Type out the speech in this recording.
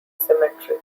cemetery